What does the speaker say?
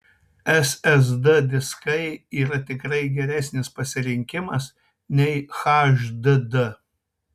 ssd diskai yra tikrai geresnis pasirinkimas nei hdd